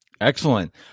excellent